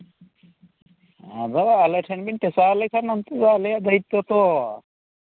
ᱟᱫᱚ ᱟᱞᱮ ᱴᱷᱮᱱᱵᱤᱱ ᱴᱷᱮᱥᱟᱣ ᱞᱮᱠᱷᱟᱱ ᱚᱱᱛᱮ ᱫᱚ ᱟᱞᱮᱭᱟᱜ ᱫᱟᱭᱤᱛᱛᱚ ᱛᱚ